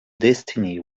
destiny